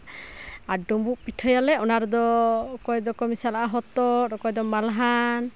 ᱟᱨ ᱰᱳᱸᱵᱳᱜ ᱯᱤᱴᱷᱟᱹᱭᱟᱞᱮ ᱚᱱᱟ ᱨᱮᱫᱚ ᱚᱠᱚᱭ ᱫᱚᱠᱚ ᱢᱮᱥᱟᱞᱟᱜᱼᱟ ᱦᱚᱛᱚᱫ ᱚᱠᱚᱭ ᱫᱚ ᱢᱟᱞᱦᱟᱱ